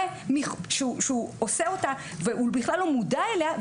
שהוא עושה אותה והוא בכלל לא מודע אליה,